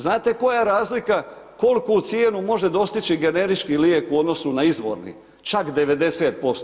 Znate koja razlika kolku cijenu može dostići generički lijek u odnosu na izvorni, čak 90%